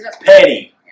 Petty